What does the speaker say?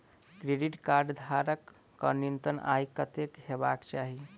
Credit card धारक कऽ न्यूनतम आय कत्तेक हेबाक चाहि?